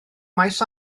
maes